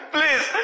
Please